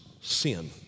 sin